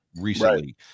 recently